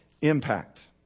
impact